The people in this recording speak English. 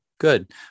Good